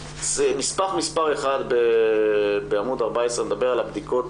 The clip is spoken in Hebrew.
נספח מס' 1 בעמוד 14 מדבר על הבדיקות